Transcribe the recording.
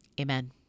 amen